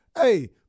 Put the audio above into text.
Hey